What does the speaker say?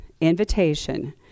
invitation